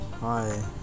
Hi